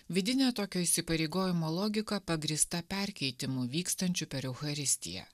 vidinio tokio įsipareigojimo logika pagrįsta perkeitimu vykstančiu per eucharistiją